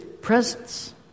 presence